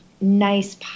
nice